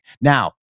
Now